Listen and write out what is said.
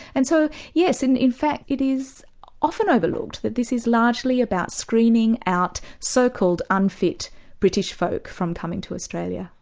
and so yes, in in fact it is often overlooked that this is largely about screening out so-called unfit british folk from coming to australia.